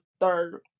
third